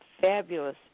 Fabulous